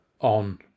on